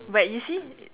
but you see